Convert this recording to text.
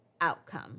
outcome